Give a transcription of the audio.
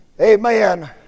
Amen